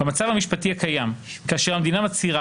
במצב המשפטי הקיים כאשר המדינה מצהירה